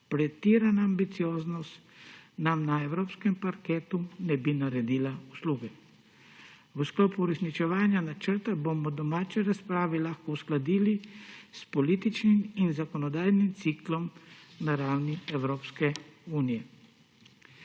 Pretirana ambicioznost nam na evropskem parketu ne bi naredila usluge. V sklopu uresničevanja načrta bomo domače razprave lahko uskladili s političnim in zakonodajnim ciklom na ravni Evropske unije.